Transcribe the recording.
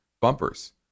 bumpers